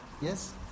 Yes